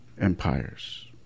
empires